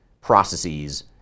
processes